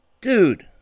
dude